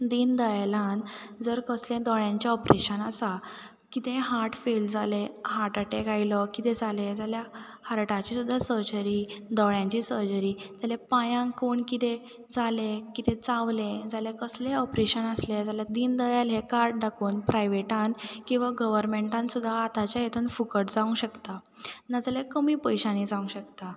दिन दयालान जर कसलें दोळ्यांचें ऑपरेशन आसा कितें हार्ट फेल जालें हार्ट अटॅक आयलो कितें जालें जाल्या हार्टाचें सुद्दां सर्जरी दोळ्यांची सर्जरी जाल्या पायांक कोण कितें जालें कितें चावलें जाल्या कसलेंय ऑपरेशन आसलें जाल्या दीन दयाल हें कार्ड दाखोवन प्रायवेटान किंवां गवरमेंटान सुद्दां आतांच्या हेतून फुकट जावं शकता नाजाल्यार कमी पयशांनी जावंक शकता